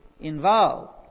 involved